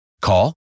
Call